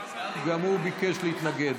גם הוא ביקש להתנגד.